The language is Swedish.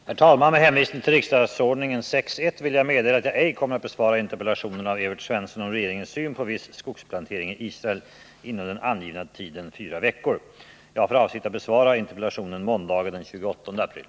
Herr talman! Med hänvisning till riksdagsordningen får jag meddela följande. Min avsikt är att enligt överenskommelse med Gunnar Biörck i Värmdö besvara hans interpellation om läkarutbildningen tisdagen den 25 mars.